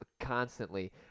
constantly